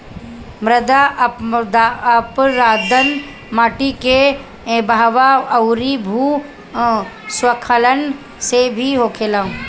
मृदा अपरदन माटी के बहाव अउरी भू स्खलन से भी होखेला